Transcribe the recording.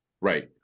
right